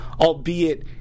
albeit